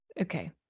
Okay